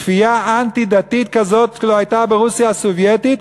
כפייה אנטי-דתית כזאת לא הייתה ברוסיה הסובייטית,